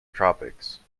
tropics